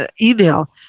email